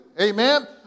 Amen